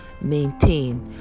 maintain